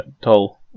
Tall